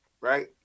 right